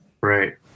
Right